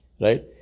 right